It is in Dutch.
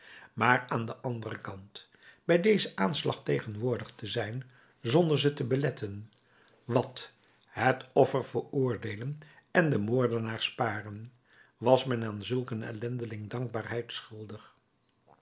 maar aan den anderen kant bij dezen aanslag tegenwoordig te zijn zonder ze te beletten wat het offer veroordeelen en den moordenaar sparen was men aan zulk een ellendeling dankbaarheid schuldig